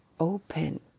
open